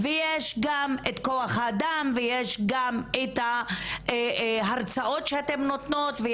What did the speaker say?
יש גם את כוח האדם ויש גם את ההרצאות שהם נותנים.